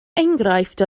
enghraifft